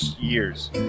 years